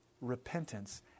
repentance